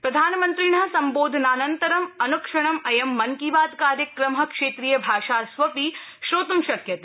प्रधानमन्त्रिण सम्बोधनानन्तरं अनुक्षणं अयं मन की बात कार्यक्रम क्षेत्रीय भाषाष्वपि श्रोत् शक्यते